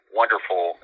wonderful